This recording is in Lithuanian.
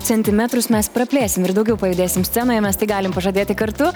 centimetrus mes praplėsim ir daugiau pajudėsim scenoje mes tai galime pažadėti kartu